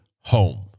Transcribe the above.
home